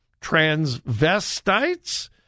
transvestites